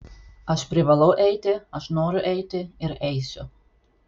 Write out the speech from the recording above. aš privalau eiti aš noriu eiti ir eisiu